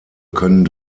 können